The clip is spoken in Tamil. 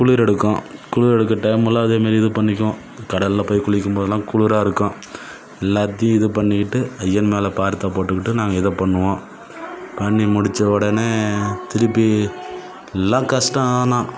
குளிர் எடுக்கும் குளிர் எடுக்கிற டைமில் அதே மாதிரி இது பண்ணிக்கும் கடலில் போய் குளிக்கும் போதெல்லாம் குளிராக இருக்கும் எல்லாத்தியும் இது பண்ணிக்கிட்டு ஐயன் மேலே பாரத்தை போட்டுக்கிட்டு நாங்கள் இதை பண்ணுவோம் பண்ணி முடித்த உடனே திருப்பி எல்லாம் கஷ்டம் ஆனால்